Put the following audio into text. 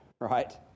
Right